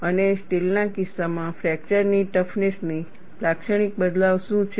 અને સ્ટીલના કિસ્સામાં ફ્રેકચર ની ટફનેસ ની લાક્ષણિક બદલાવ શું છે